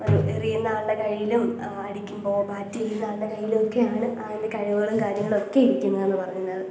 ഒരു എറിയുന്ന ആളുടെ കയ്യിലും അടിക്കുമ്പോൾ ബാറ്റ് ചെയ്യുന്ന ആളുടെ കയ്യിലും ഒക്കെയാണ് ആ ഒരു കഴിവുകളും കാര്യങ്ങളും ഒക്കെ ഇരിക്കുന്നതെന്ന് പറയുന്നത്